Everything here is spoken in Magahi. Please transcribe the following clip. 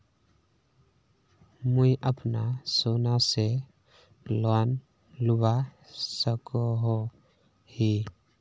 मुई अपना सोना से लोन लुबा सकोहो ही?